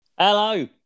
Hello